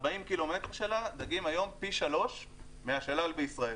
40 ק"מ שלה יש היום דגים פי שלושה מהשלל בישראל.